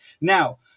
Now